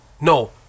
No